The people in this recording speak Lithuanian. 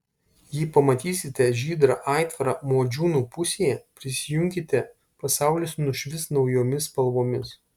jei pamatysite žydrą aitvarą modžiūnų pusėje prisijunkite pasaulis nušvis naujomis spalvomis